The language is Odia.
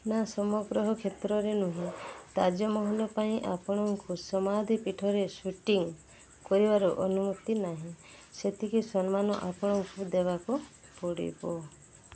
ନା ସମଗ୍ର କ୍ଷେତ୍ରରେ ନୁହେଁ ତାଜମହଲ ପାଇଁ ଆପଣଙ୍କୁ ସମାଧି ପୀଠରେ ସୁଟିଂ କରିବାର ଅନୁମତି ନାହିଁ ସେତିକି ସମ୍ମାନ ଆପଣଙ୍କୁ ଦେବାକୁ ପଡ଼ିବ